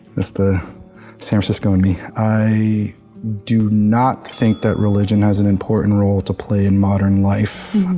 that's the san francisco in me. i do not think that religion has an important role to play in modern life.